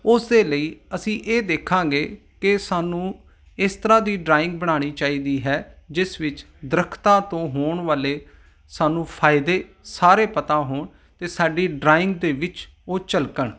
ਉਸਦੇ ਲਈ ਅਸੀਂ ਇਹ ਦੇਖਾਂਗੇ ਕਿ ਸਾਨੂੰ ਇਸ ਤਰ੍ਹਾਂ ਦੀ ਡਰਾਇੰਗ ਬਣਾਉਣੀ ਚਾਹੀਦੀ ਹੈ ਜਿਸ ਵਿੱਚ ਦਰੱਖਤਾਂ ਤੋਂ ਹੋਣ ਵਾਲੇ ਸਾਨੂੰ ਫਾਇਦੇ ਸਾਰੇ ਪਤਾ ਹੋਣ ਅਤੇ ਸਾਡੀ ਡਰਾਇੰਗ ਦੇ ਵਿੱਚ ਉਹ ਝਲਕਣ